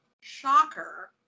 shocker